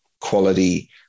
quality